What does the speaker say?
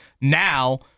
now